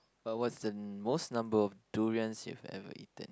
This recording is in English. but what's the most number of durians you've ever eaten